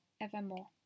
evermore